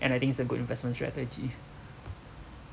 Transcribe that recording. and I think it's a good investment strategy